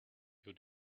you